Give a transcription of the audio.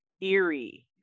eerie